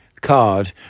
card